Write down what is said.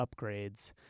upgrades